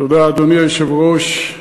אדוני היושב-ראש,